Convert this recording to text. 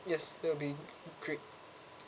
yes that'll be great